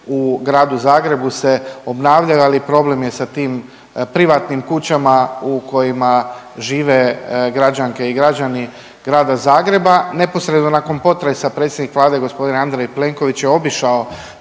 u Gradu Zagrebu se obnavljaju, ali problem je sa tim privatnim kućama u kojima žive građanke i građani Grada Zagreba. Neposredno nakon potresa predsjednik Vlade g. Andrej Plenković je obišao